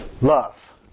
Love